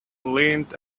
leaned